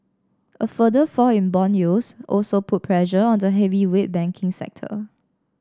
a further fall in bond yields also put pressure on the heavyweight banking sector